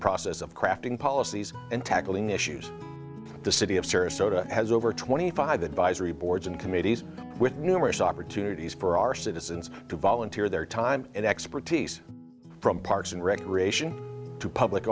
process of crafting policies and tackling issues the city of sarasota has over twenty five advisory boards and committees with numerous opportunities for our citizens to volunteer their time and expertise from parks and recreation to public